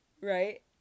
right